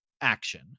action